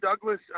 Douglas